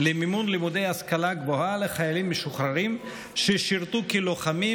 למימון לימודי השכלה גבוהה לחיילים משוחררים ששירתו כלוחמים